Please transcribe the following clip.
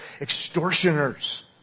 Extortioners